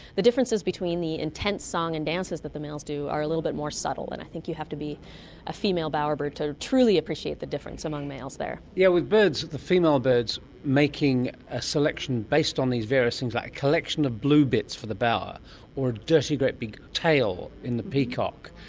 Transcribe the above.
the differences between the intense song and dances that the males do are a little bit more subtle and i think you have to be a female bowerbird to truly appreciate the difference among males there. yeah yes, the female birds making a selection based on these various things like a collection of blue bits for the bower or a dirty great big tail in the peacock.